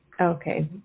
okay